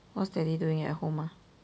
what's daddy doing at home ah